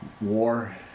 War